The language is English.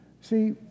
See